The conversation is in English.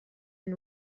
and